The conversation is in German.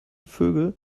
vögel